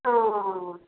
अँ अँ अँ